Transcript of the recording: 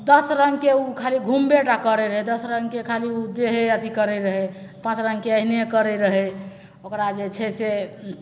दस रङ्गके ओ खाली घुमबेटा करै रहै दस रङ्गके खाली ओ देहे अथी करै रहै पाँच रङ्गके एहने करै रहै ओकरा जे छै से